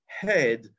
head